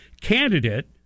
candidate